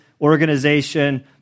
organization